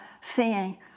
seeing